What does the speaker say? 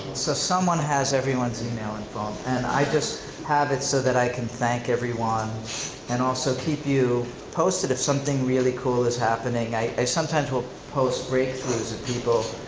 so someone has everyone's email and phone and i just have it so that i can thank everyone and also keep you posted if something really cool is happening. i sometimes will post breakthroughs of people,